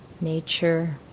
nature